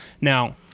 Now